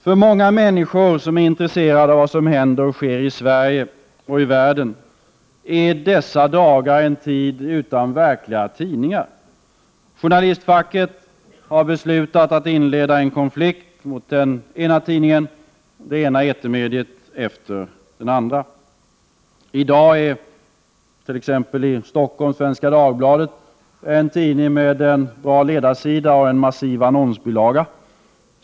För många människor som är intresserade av vad som händer och sker i Sverige och i världen är dessa dagar en tid utan verkliga tidningar. Journalistfacket har beslutat att inleda konflikt mot den ena tidningen och det ena etermediet efter det andra. I dag är t.ex. i Stockholm Svenska Dagbladet en tidning med en bra ledarsida och en massiv annonsbilaga.